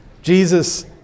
Jesus